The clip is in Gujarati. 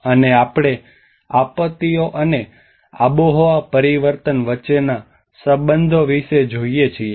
અને આપણે આપત્તિઓ અને આબોહવા પરિવર્તન વચ્ચેના સંબંધો વિશે જોઈએ છીએ